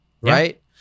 Right